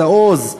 את העוז,